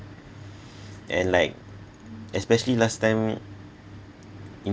and like especially last time in